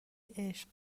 عشق